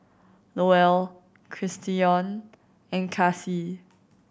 Lowell Christion and Kassie